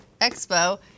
Expo